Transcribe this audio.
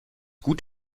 gut